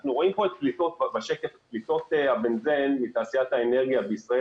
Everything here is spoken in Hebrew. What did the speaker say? בשקף אנחנו רואים את פליטות הבנזן מתעשיית האנרגיה בישראל